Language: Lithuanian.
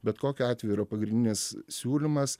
bet kokiu atveju yra pagrindinis siūlymas